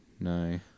no